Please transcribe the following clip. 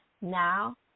Now